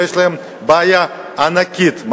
ויש להם בעיה ענקית,